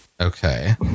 Okay